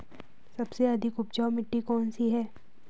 सबसे अधिक उपजाऊ मिट्टी कौन सी है?